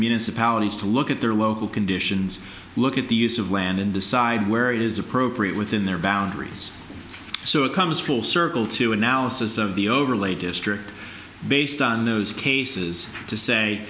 municipalities to look at their local conditions look at the use of land and decide where it is appropriate within their boundaries so it comes full circle to analysis of the overlay district based on those cases to say